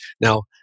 Now